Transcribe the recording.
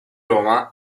roma